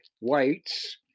whites